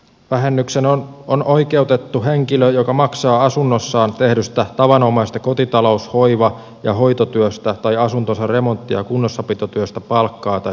vähennykseen on oikeutettu henkilö joka maksaa asunnossaan tehdystä tavanomaisesta kotitalous hoiva ja hoitotyöstä tai asuntonsa remontti ja kunnossapitotyöstä palkkaa tai työkorvausta